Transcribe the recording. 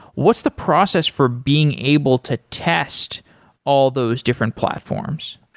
what's the process for being able to test all those different platforms?